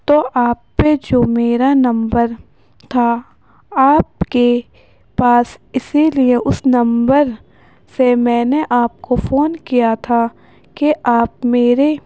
تو آپ پہ جو میرا نمبر تھا آپ کے پاس اسی لیے اس نمبر سے میں نے آپ کو فون کیا تھا کہ آپ میرے